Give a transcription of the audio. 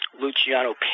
Luciano